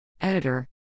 Editor